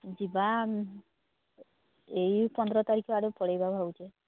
ଯିବା ଏଇ ପନ୍ଦର ତାରିଖ ଆଡ଼କୁ ପଳାଇବା ଭାବୁଛି